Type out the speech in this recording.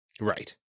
right